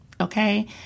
okay